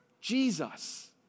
Jesus